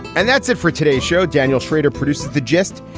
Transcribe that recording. and that's it for today's show. daniel schrader produces the gist.